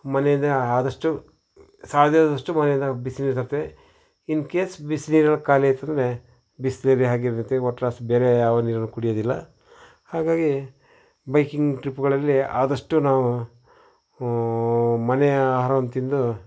ಮನೆಯಿಂದನೇ ಆದಷ್ಟು ಸಾಧ್ಯ ಆದಷ್ಟು ಮನೆಯಿಂದ ಬಿಸಿ ನೀರು ತರ್ತೀವಿ ಇನ್ ಕೇಸ್ ಬಿಸಿ ನೀರು ಖಾಲಿ ಆಯ್ತು ಅಂದರೆ ಬಿಸ್ಲೇರಿ ಹಾಗೇ ಇರುತ್ತೆ ಒಟ್ರಾಸಿ ಬೇರೆ ಯಾವ ನೀರನ್ನು ಕುಡಿಯೋದಿಲ್ಲ ಹಾಗಾಗಿ ಬೈಕಿಂಗ್ ಟ್ರಿಪ್ಗಳಲ್ಲಿ ಆದಷ್ಟು ನಾವು ಮನೆಯ ಆಹ್ರಾವನ್ನು ತಿಂದು